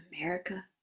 America